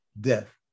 death